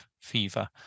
fever